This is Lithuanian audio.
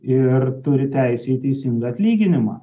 ir turi teisę į teisingą atlyginimą